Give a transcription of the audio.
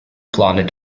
planet